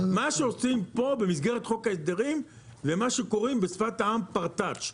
מה שעושים פה במסגרת חוק ההסדרים זה מה שקוראים בשפת העם פרטאץ'.